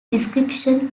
description